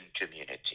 community